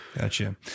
gotcha